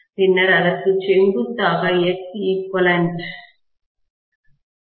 பின்னர் அதற்கு செங்குத்தாக Xeq டிராப் வீழ்ச்சி இருக்கும்